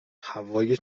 هوای